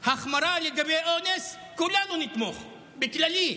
החמרה לגבי אונס, כולנו נתמוך, בכללי,